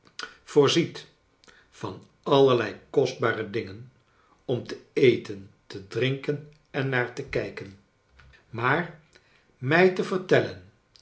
voorziet van allerlei kostbare dingen om te eten te drinken en naar te kijken maar mij te vertellen